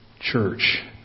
church